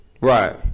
Right